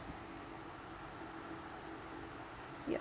yup